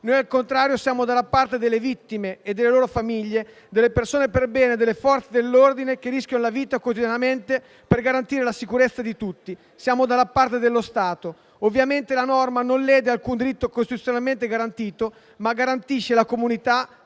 Noi, al contrario, siamo dalla parte delle vittime e delle loro famiglie, delle persone perbene e delle Forze dell'ordine che rischiano quotidianamente la vita per garantire la sicurezza di tutti. Noi siamo dalla parte dello Stato. Ovviamente, la norma non lede alcun diritto costituzionalmente garantito, ma garantisce alla comunità